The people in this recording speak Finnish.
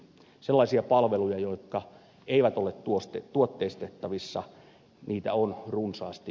sellaisia palveluita jotka eivät ole tuotteistettavissa on runsaasti